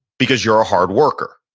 because you're a hard worker.